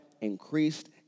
increased